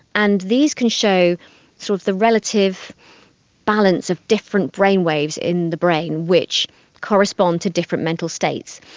and these can show sort of the relative balance of different brain waves in the brain which correspond to different mental states.